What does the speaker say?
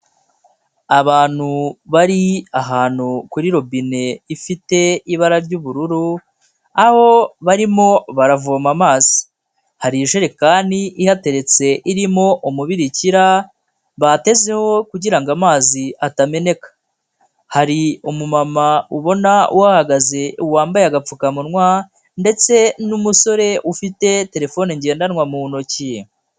Abantu bari ahantu kuri robine ifite ibara ry'ubururu, aho barimo baravoma amazi, hari ijerekani ihateretse irimo umubirikira batezeho kugira ngo amazi atameneka. Hari umumama ubona uhagaze wambaye agapfukamunwa ndetse n'umusore ufite telefone ngendanwa mu ntoki.